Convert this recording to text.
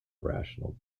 rational